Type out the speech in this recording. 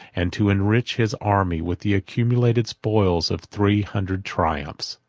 and to enrich his army with the accumulated spoils of three hundred triumphs.